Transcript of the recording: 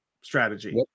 strategy